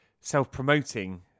self-promoting